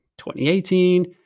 2018